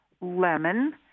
lemon